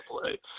play